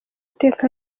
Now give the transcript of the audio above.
iteka